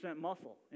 muscle